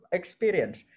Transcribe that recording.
experience